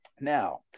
now